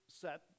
set